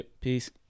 Peace